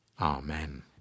Amen